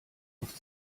oft